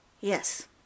Yes